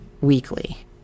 weekly